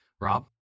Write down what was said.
Rob